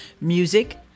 music